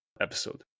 episode